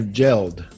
gelled